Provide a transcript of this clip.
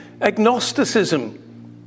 agnosticism